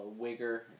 wigger